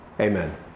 Amen